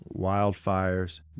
wildfires